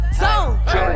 zone